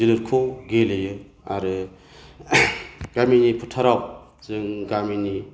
जोलुरखौ गेलेयो आरो गामिनि फोथाराव जों गामिनि